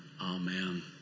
Amen